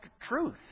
truth